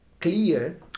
clear